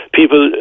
people